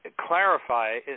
clarify